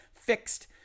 fixed